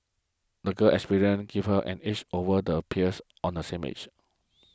the girl's experiences give her an edge over the peers on the same age